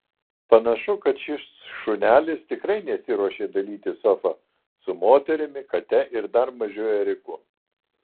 panašu kad šis šunelis tikrai nesiruošia dalytis sofa su moterimi kate ir dar mažu ėriuku